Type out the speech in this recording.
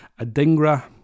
Adingra